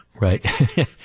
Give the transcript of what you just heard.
Right